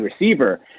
receiver